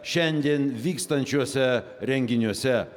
šiandien vykstančiuose renginiuose